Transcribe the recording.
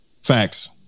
Facts